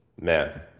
man